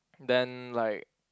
then like